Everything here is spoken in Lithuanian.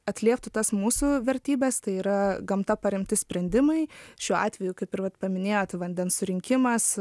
atlieptų tas mūsų vertybės tai yra gamta parengti sprendimai šiuo atveju kaip ir vat paminėjot vandens surinkimas